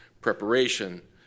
preparation